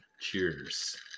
Cheers